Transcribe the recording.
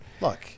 Look